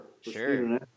Sure